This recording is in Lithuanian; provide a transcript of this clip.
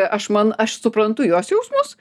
aš man aš suprantu jos jausmus